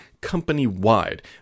company-wide